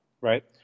right